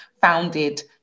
founded